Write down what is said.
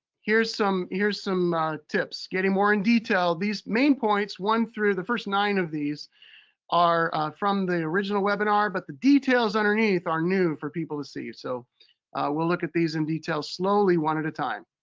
here's some here's some tips. getting more in detail, these main points, one through the first nine of these are from the original webinar, but the details underneath are new for people to see. so we'll look at these in detail, slowly, one at a time.